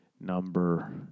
number